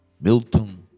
Milton